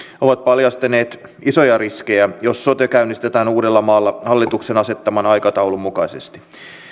ovat paljastaneet isoja riskejä jos sote käynnistetään uudellamaalla hallituksen asettaman aikataulun mukaisesti